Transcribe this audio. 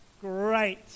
great